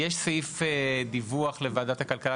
יש סעיף דיווח לוועדת הכלכלה,